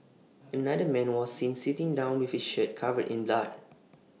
another man was seen sitting down with his shirt covered in blood